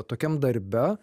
tokiam darbe